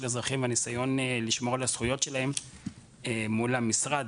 אזרחים והנסיון לשמור על הזכויות שלהם מול המשרד,